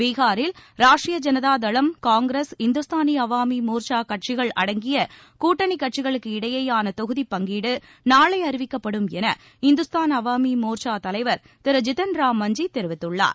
பீகாரில் ராஷ்ட்ரிய ஜனதா தளம் காங்கிரஸ் இந்துஸ்தானி அவாமி மோர்ச்சா கட்சிகள் அடங்கிய கூட்டணிக் கட்சிகளுக்கு இடையேயான தொகுதிப் பங்கீடு நாளை அறிவிக்கப்படும் என இந்துஸ்தான் அவாமி மோர்ச்சா தலைவர் திரு ஜித்தன் ராம் மஞ்சி தெரிவித்துள்ளார்